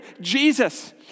Jesus